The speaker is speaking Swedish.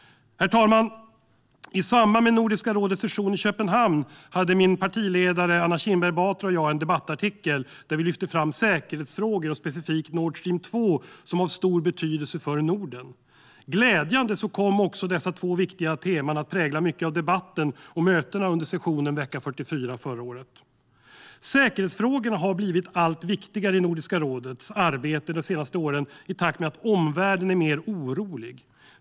Herr talman! I samband med Nordiska rådets session i Köpenhamn skrev min partiledare Anna Kinberg Batra och jag en debattartikel där vi lyfte fram säkerhetsfrågor och specifikt Nord Stream 2 som av stor betydelse för Norden. Glädjande kom också dessa två viktiga teman att prägla mycket av debatten och mötena under sessionen vecka 44 förra året. Säkerhetsfrågorna har blivit allt viktigare i Nordiska rådets arbete de senaste åren i takt med att omvärlden blivit mer orolig.